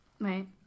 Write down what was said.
Right